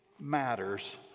matters